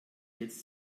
jetzt